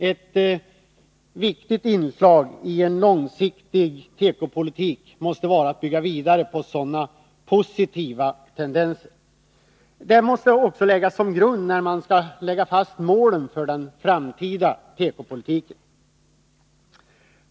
Ett viktigt inslag i en långsiktig tekopolitik måste vara att bygga vidare på sådana positiva tendenser. Detta måste också läggas som grund när man skall fastställa målen för den framtida tekopolitiken.